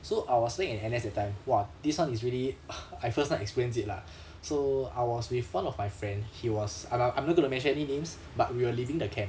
so I was staying at N_S that time !wah! this one is really I first time experience it lah so I was with one of my friend he was I not I'm not going to mention any names but we were leaving the camp